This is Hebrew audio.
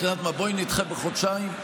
בואי נדחה בחודשיים.